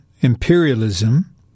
imperialism